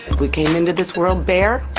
we came into this world bare,